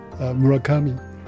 Murakami